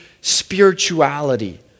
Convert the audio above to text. spirituality